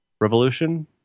Revolution